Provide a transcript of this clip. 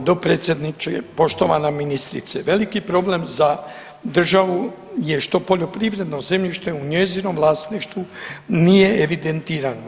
Poštovani dopredsjedniče, poštovana ministrice, veliki problem za državu je što poljoprivredno zemljište u njezinom vlasništvu nije evidentirano.